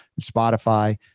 Spotify